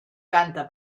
canta